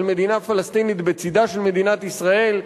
על מדינה פלסטינית בצדה של מדינת ישראל,